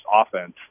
offense